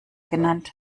genannt